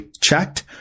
checked